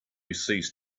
ceased